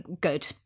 good